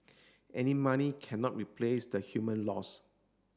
any money cannot replace the human loss